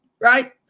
right